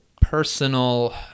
personal